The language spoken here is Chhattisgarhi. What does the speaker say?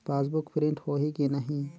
पासबुक प्रिंट होही कि नहीं?